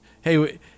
hey